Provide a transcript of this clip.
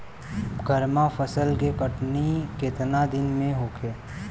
गर्मा फसल के कटनी केतना दिन में होखे?